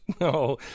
No